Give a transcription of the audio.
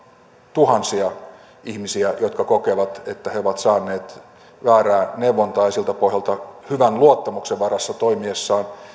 tuhansia ihmisiä jotka kokevat että he ovat saaneet väärää neuvontaa ja siltä pohjalta hyvän luottamuksen varassa toimiessaan